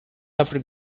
after